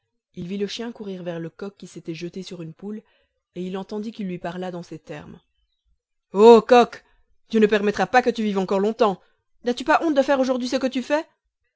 il vit le chien courir vers le coq qui s'était jeté sur une poule et il entendit qu'il lui parla dans ces termes ô coq dieu ne permettra pas que tu vives encore longtemps n'as-tu pas honte de faire aujourd'hui ce que tu fais